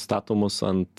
statomos ant